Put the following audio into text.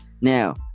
Now